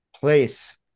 place